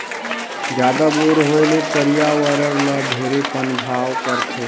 जादा बोर होए ले परियावरण ल ढेरे पनभाव परथे